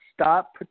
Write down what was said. stop